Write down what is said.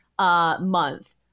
Month